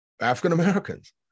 African-Americans